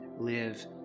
live